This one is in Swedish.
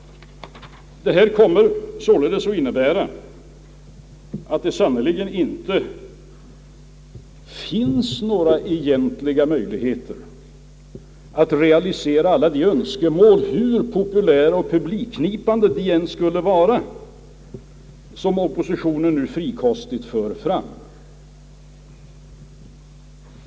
Det här kommer således att innebära, att det sannerligen inte finns några egentliga möjligheter att realisera alla de önskemål — hur populära och publikknipande de än skulle vara — som oppositionen nu frikostigt för fram.